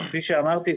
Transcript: כפי שאמרתי,